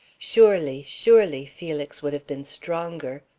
surely, surely felix would have been stronger,